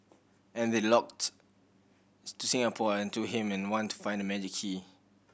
and they locked to Singapore and to him and wanted to find that magic key